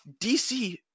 DC